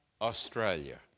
Australia